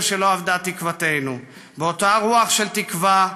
ש"לא אבדה תקוותנו" באותה רוח של תקווה.